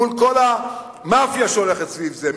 מול כל המאפיה שהולכת סביב זה,